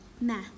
Math